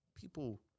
people